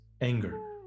anger